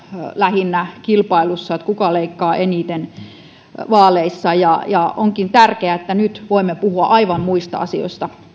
lähinnä leikkauslistoja kuka leikkaa eniten vaaleissa ja ja onkin tärkeää että nyt voimme puhua aivan muista asioista